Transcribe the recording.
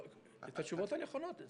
את התשובות הנכונות.